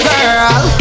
Girl